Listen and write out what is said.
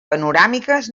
panoràmiques